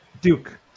Duke